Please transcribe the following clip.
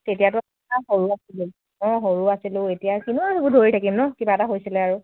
তেতিয়াতো সৰু আছিলোঁ অঁ সৰু আছিলোঁ এতিয়া কিনো আৰু ধৰি থাকিম ন কিবা এটা হৈছিলে আৰু